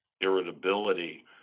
irritability